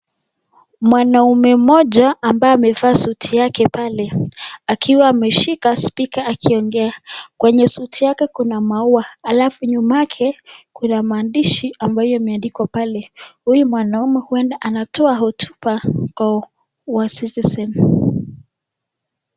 Mwanaume mmoja ambaye amevaa suti yake pale akiwa ameshika spika akiongea. Kwenye suti yake kuna maua alafu nyuma yake kuna maandishi ambayo imeandikwa pale. Huyu mwanaume ueda anatoa hutuba kwa sisi.